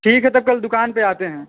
ठीक है तब कल दुकान पर आते हैं